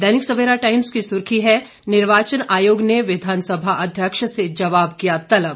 दैनिक Savera Times की सुर्खी है निर्वाचन आयोग ने विधानसभा अध्यक्ष से जवाब किया तलब